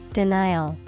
denial